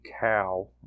cow